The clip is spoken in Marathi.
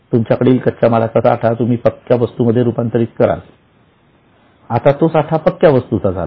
तुमच्या कडील कच्चा मालाचा साठा तुम्ही पक्या वस्तूमध्ये रूपांतरित कराल आता तो साठा पक्क्या वस्तूचा झाला